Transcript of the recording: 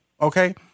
Okay